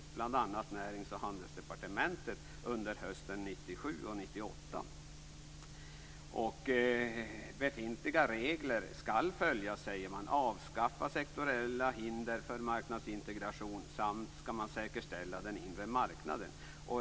Det har bl.a. Närings och handelsdepartementet gjort under hösten 1997 och 1998. Man säger att befintliga regler skall följas. Man skall avskaffa sektoriella hinder för marknadsintegration samt säkerställa den inre marknaden.